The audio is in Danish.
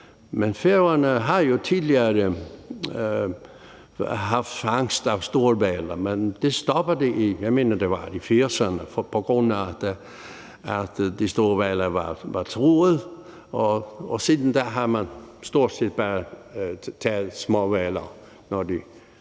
Men Færøerne har jo tidligere haft fangst af store hvaler, men det stoppede, jeg mener, det var i 1980'erne, på grund af at de store hvaler var truede, og siden da har man stort set bare taget småhvaler, når de